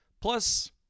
Plus